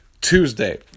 Tuesday